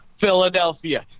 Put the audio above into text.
Philadelphia